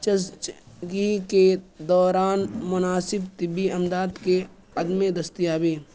زچگی کے دوران مناسب طبی امداد کے عدم دستیابی